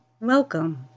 Welcome